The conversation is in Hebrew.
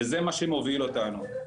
וזה מה שמוביל אותנו.